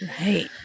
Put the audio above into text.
Right